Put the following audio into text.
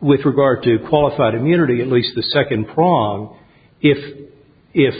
with regard to qualified immunity at least the second prong if if